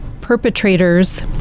perpetrators